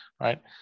right